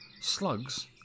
slugs